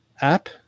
app